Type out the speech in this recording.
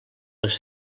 les